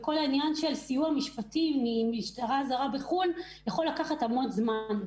כל הסיוע המשפטי מול משטרה זרה בחו"ל יכול לקחת המון זמן.